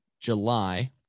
July